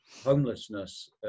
homelessness